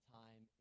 time